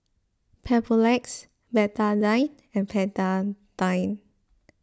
Papulex Betadine and Betadine